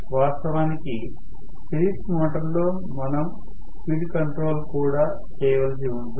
వాస్తవానికి series motor లో మనం స్పీడ్ కంట్రోల్ కూడా చేయవలసి ఉంటుంది